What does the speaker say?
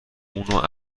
اون